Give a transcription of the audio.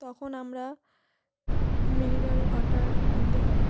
তখন আমরা mineral water কিনতে হয়